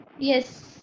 Yes